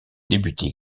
débuter